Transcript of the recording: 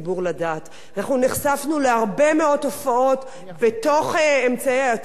אנחנו נחשפנו להרבה מאוד תופעות בתוך אמצעי התקשורת עצמם,